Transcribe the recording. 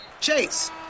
Chase